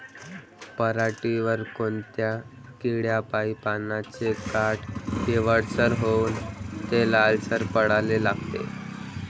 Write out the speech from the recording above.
पऱ्हाटीवर कोनत्या किड्यापाई पानाचे काठं पिवळसर होऊन ते लालसर पडाले लागते?